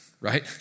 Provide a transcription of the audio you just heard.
right